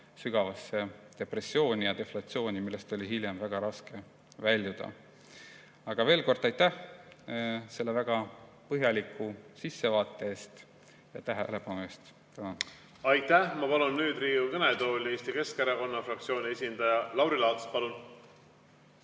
sügavasse depressiooni ja deflatsiooni, millest oli hiljem väga raske väljuda. Aga veel kord: aitäh selle väga põhjaliku sissevaate eest ja tähelepanu juhtimise eest! Tänan! Aitäh! Ma palun nüüd Riigikogu kõnetooli Eesti Keskerakonna fraktsiooni esindaja Lauri Laatsi.